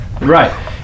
Right